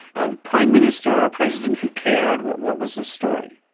a prime minister or president who cared? what what was the story?